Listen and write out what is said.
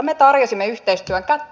me tarjosimme yhteistyön kättä